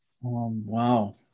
Wow